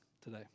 today